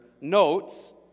notes